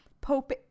Pope